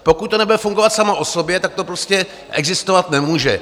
Pokud to nebude fungovat samo o sobě, tak to prostě existovat nemůže.